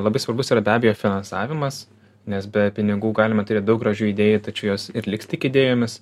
labai svarbus yra be abejo finansavimas nes be pinigų galima turėt daug gražių idėjų tačiau jos ir liks tik idėjomis